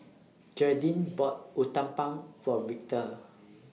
Gearldine bought Uthapam For Victor